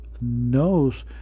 knows